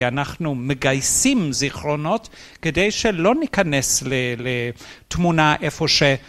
אנחנו מגייסים זיכרונות כדי שלא ניכנס לתמונה איפה ש...